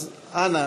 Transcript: אז אנא,